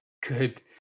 Good